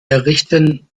errichten